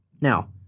Now